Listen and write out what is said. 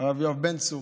הרב יואב בן צור,